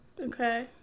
Okay